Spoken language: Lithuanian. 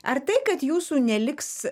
ar tai kad jūsų neliks